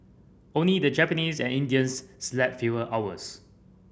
only the Japanese and Indians slept fewer hours